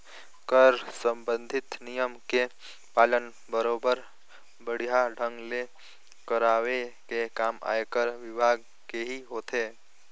कर संबंधित नियम के पालन बरोबर बड़िहा ढंग ले करवाये के काम आयकर विभाग केही होथे